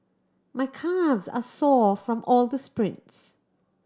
my calves are sore from all the sprints